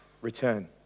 return